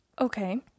Okay